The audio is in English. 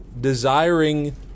desiring